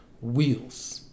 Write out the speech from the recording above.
wheels